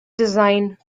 design